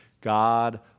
God